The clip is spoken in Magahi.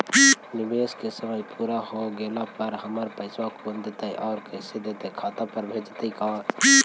निवेश के समय पुरा हो गेला पर हमर पैसबा कोन देतै और कैसे देतै खाता पर भेजतै का?